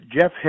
Jeff